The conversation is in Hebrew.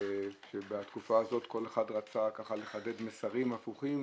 שבתקופה הזאת כל אחד רצה לחדד מסרים הפוכים,